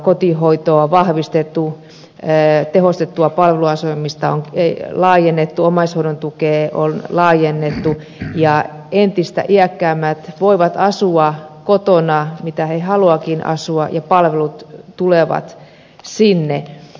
kotihoitoa on vahvistettu tehostettua palveluasumista on laajennettu omaishoidon tukea on laajennettu ja entistä iäkkäämmät voivat asua kotona kuten he haluavatkin asua ja palvelut tulevat sinne